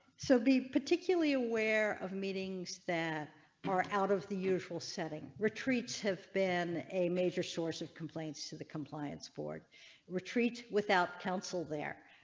so be particularly aware of meetings that are out of the usual setting retreats have been a major source of complaints to the compliance board retreat without counsel there.